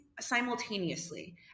simultaneously